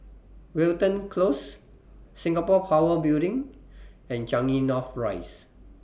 Wilton Close Singapore Power Building and Changi North Rise